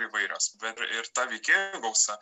įvairios bet ir ta veikėjų gausa